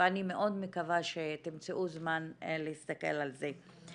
ואני מאוד מקווה שתמצאו זמן להסתכל על זה.